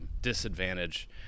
disadvantage